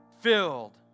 filled